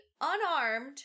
unarmed